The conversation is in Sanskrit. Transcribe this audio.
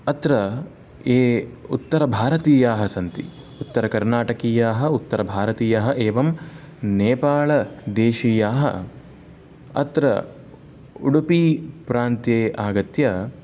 अत्र ये उत्तरभारतीयाः सन्ति उत्तरकर्नाटकीयाः उत्तरभारतीयाः एवं नेपालदेशीयाः अत्र उडुपिप्रान्त्ये आगत्य